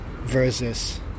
versus